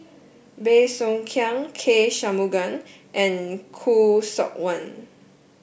Bey Soo Khiang K Shanmugam and Khoo Seok Wan